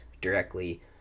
directly